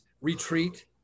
retreat